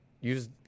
use